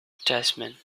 testament